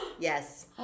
Yes